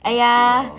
!aiya!